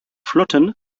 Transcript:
flotten